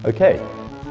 Okay